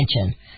attention